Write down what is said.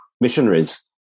missionaries